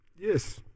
Yes